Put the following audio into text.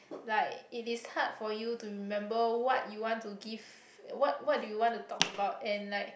like it is hard for you to remember what you want give what what do you want to talk about and like